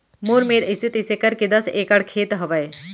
मोर मेर अइसे तइसे करके दस एकड़ खेत हवय